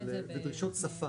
אבל זה דרישות שפה.